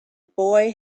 boy